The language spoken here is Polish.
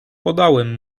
podałem